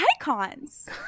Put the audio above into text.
icons